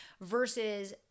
versus